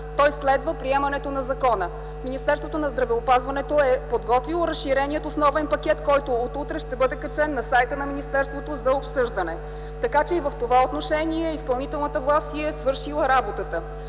и следва приемането на закона. Министерството на здравеопазването е подготвило разширения основен пакет, който от утре ще бъде качен на сайта на министерството за обсъждане, така че и в това отношение изпълнителната власт си е свършила работата.